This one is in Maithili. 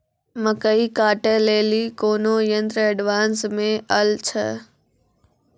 मकई कांटे ले ली कोनो यंत्र एडवांस मे अल छ?